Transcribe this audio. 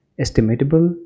estimatable